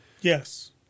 Yes